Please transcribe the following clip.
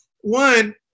one